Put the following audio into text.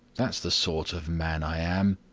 that's the sort of man i am!